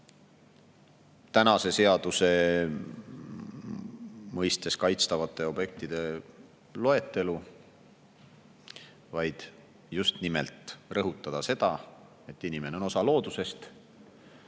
tänase seaduse mõistes kaitstavate objektide loetelu, vaid just rõhutada seda, et inimene on osa loodusest